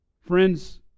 Friends